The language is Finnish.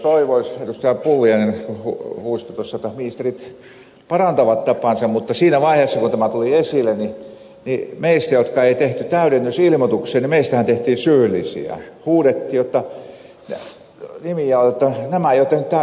pulliainen huusi tuossa jotta ministerit parantavat tapansa mutta siinä vaiheessa kun tämä tuli esille meistä jotka emme tehneet täydennysilmoituksia tehtiin syyllisiä huudettiin nimiä jotta nämä eivät ole tehneet täydennysilmoituksia